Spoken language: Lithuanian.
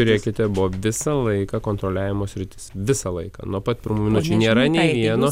žiūrėkite buvo visą laiką kontroliavimo sritis visą laiką nuo pat pirmų minučių nėra nei vieno